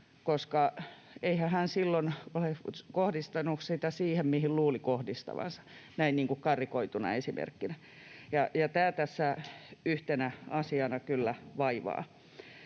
kohtaa? Eihän hän silloin ole kohdistanut sitä siihen, mihin luuli kohdistavansa — näin niin kuin karrikoituna esimerkkinä. Ja tämä tässä yhtenä asiana kyllä vaivaa.